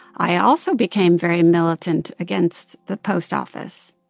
i also became very militant against the post office.